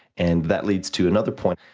and, that leads to another point.